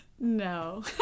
no